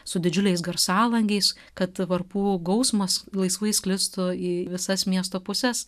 su didžiuliais garsalangiais kad varpų gausmas laisvai sklistų į visas miesto puses